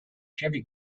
heavy